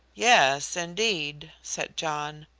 yes, indeed, said john.